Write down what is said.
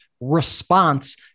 response